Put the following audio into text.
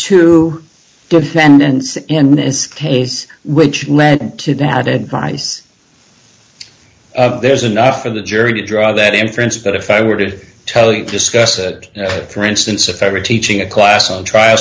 two defendants in this case which led to that advice there's enough of the jury to draw that inference but if i were to tell you discuss it for instance if every teaching a class on trial